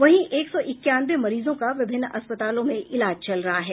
वहीं एक सौ इक्यानवे मरीजों का विभिन्न अस्पतालों में इलाज चल रहा है